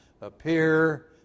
appear